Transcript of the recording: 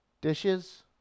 Dishes